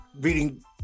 Reading